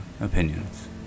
opinions